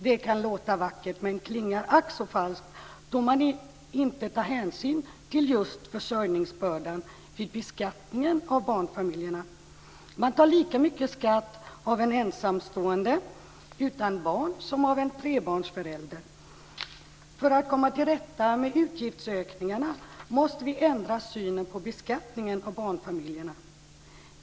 Det kan låta vackert, men klingar ack så falskt eftersom man inte tar hänsyn till just försörjningsbördan vid beskattningen av barnfamiljerna. Man tar lika mycket skatt av en ensamstående utan barn som av en trebarnsförälder. För att komma till rätta med utgiftsökningarna måste vi ändra synen på beskattningen av barnfamiljerna.